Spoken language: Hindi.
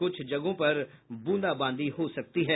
कुछ जगहों पर बूंदाबांदी हो सकती है